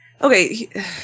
okay